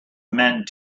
meant